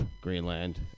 Greenland